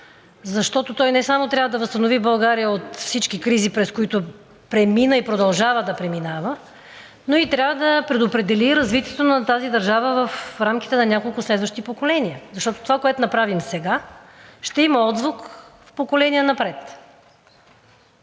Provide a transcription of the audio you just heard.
защото той не само трябва да възстанови България от всички кризи, през които премина и продължава да преминава, но и трябва да предопредели развитието на тази държава в рамките на няколко следващи поколения, защото това, което направим сега, ще има отзвук поколения напред.